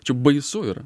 čia baisu yra